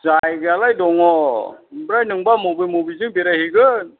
जायगायालाय दङ ओमफ्राय नोंबा मबे मबेजों बेरायहैगोन